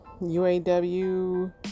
UAW